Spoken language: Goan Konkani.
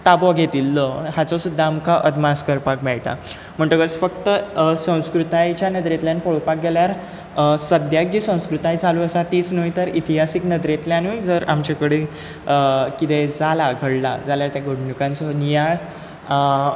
ताबो घेतिल्लो हाचो सुद्दा आमकां अदमास करपाक मेळटा म्हणटकच फक्त संस्कृतायेच्या नदरेंतल्यान पळोवपाक गेल्यार सद्याक जी संस्कृताय चालू आसा तीच न्हय तर इतिहासीक नदरेंतल्यानूय जर आमचे कडेन कितें जालां घडलां जाल्यार त्या घडणुकांचो नियाळ